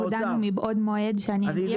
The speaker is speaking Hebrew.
הודענו מבעוד מועד שאני אגיע.